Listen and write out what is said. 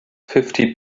fifty